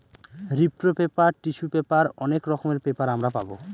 রিপ্র paper, tissue paper অনেক রকমের পেপার আমরা পাবো